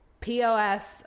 pos